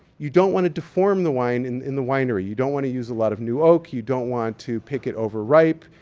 you don't want to deform the wine in the winery. you don't want to use a lot of new oak. you don't want to pick it overripe.